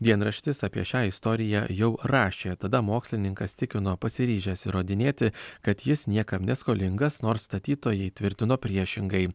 dienraštis apie šią istoriją jau rašė tada mokslininkas tikino pasiryžęs įrodinėti kad jis niekam neskolingas nors statytojai tvirtino priešingai